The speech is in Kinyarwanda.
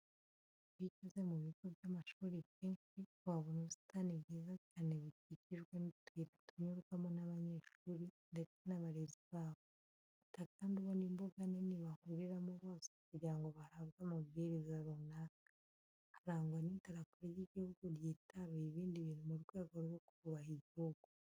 Iyo ugeze mu bigo by'amashuri byinshi uhabona ubusitani bwiza cyane bukikijwe n'utuyira tunyurwamo n'abanyeshuri ndetse n'abarezi babo. Uhita kandi ubona imbuga nini bahuriramo bose kugira ngo bahabwe amabwiriza runaka. Harangwa n'idarapo ry'igihugu ryitaruye ibindi bintu mu rwego rwo kubaha igihugu.